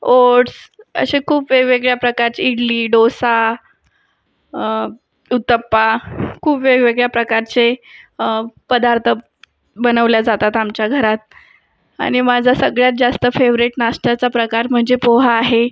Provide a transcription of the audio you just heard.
oats असे खूप वेगवेगळ्या प्रकारचे इडली डोसा उत्तप्पा खूप वेगवेगळ्या प्रकारचे पदार्थ बनवले जातात आमच्या घरात आणि माझा सगळ्यात जास्त फेवरेट नाश्त्याचा प्रकार म्हणजे पोहा आहे